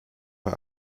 her